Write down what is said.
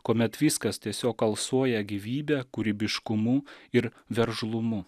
kuomet viskas tiesiog alsuoja gyvybe kūrybiškumu ir veržlumu